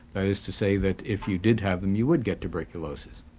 that is to say that if you did have them you would get tuberculosis.